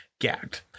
Gagged